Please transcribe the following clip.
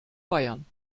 bayern